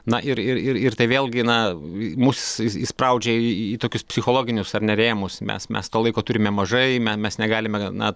na ir ir ir ir tai vėlgi na mus įspraudžia į į tokius psichologinius ar ne rėmus mes mes to laiko turime mažai me mes negalime na